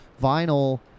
vinyl